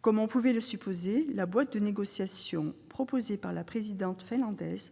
Comme on pouvait le supposer, la boîte de négociation chiffrée proposée par la présidence finlandaise,